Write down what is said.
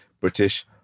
British